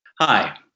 Hi